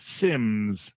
Sims